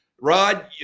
Rod